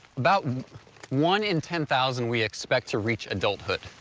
about one in ten thousand we expect to reach adulthood.